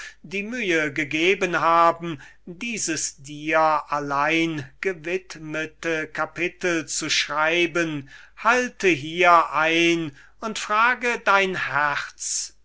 die mühe gegeben haben dieses dir allein gewidmete kapitel zu schreiben halte hier ein und frage dein herz